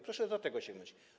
Proszę do tego sięgnąć.